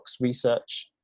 Research